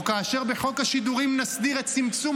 או כאשר בחוק השידורים נסדיר את צמצום